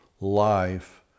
life